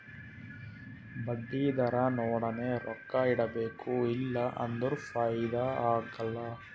ಬಡ್ಡಿ ದರಾ ನೋಡಿನೆ ರೊಕ್ಕಾ ಇಡಬೇಕು ಇಲ್ಲಾ ಅಂದುರ್ ಫೈದಾ ಆಗಲ್ಲ